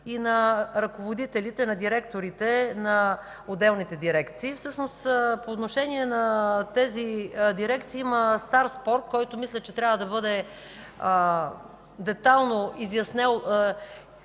и на ръководителите на директорите на отделните дирекции. Всъщност по отношение на тези дирекции има стар спор, който мисля, че трябва да бъде детайлно изяснен